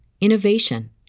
innovation